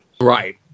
right